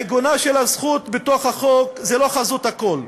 עיגונה של הזכות בתוך החוק הוא לא חזות הכול.